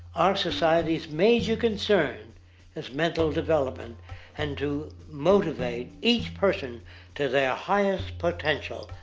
our society's major concern is mental development and to motivate each person to their highest potential.